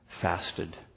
Fasted